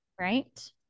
Right